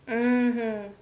mmhmm